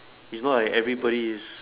it's more like everybody is